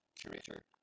Curator